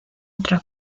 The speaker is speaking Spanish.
otra